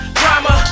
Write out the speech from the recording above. drama